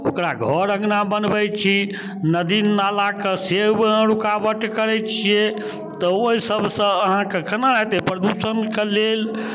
ओकरा घर अँगना बनबै छी नदी नालाके से रुकावट करै छिए तऽ ओहि सबसँ अहाँके कोना हेतै प्रदूषणके लेल